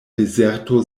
dezerto